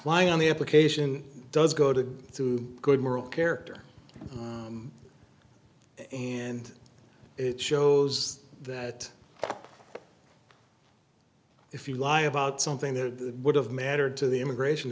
lying on the application does go to some good moral character and it shows that if you lie about something there that would have mattered to the immigration